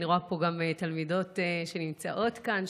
אני רואה פה גם תלמידות שנמצאות כאן,